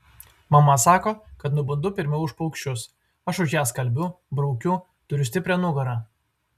mama sako kad nubundu pirmiau už paukščius aš už ją skalbiu braukiu turiu stiprią nugarą